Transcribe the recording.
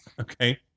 Okay